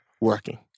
working